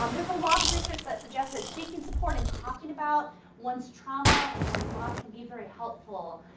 um there's a lot of research that suggests that seeking support and talking about one's trauma, and ones loss, can be very helpful.